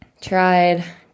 tried